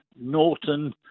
Norton